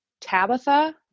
Tabitha